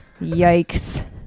Yikes